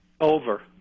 Over